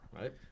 right